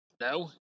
No